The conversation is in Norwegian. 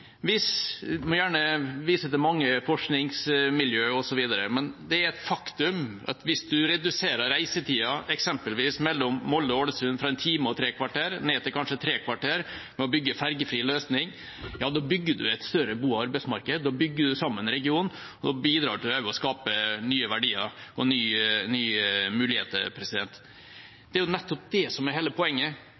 hvis en reduserer reisetiden eksempelvis mellom Molde og Ålesund fra en time og tre kvarter ned til kanskje tre kvarter ved å bygge fergefri løsning, da bygger en et større bo- og arbeidsmarked, da bygger en sammen regionen, og da bidrar en også til å skape nye verdier og nye muligheter. Det er jo nettopp det som er hele poenget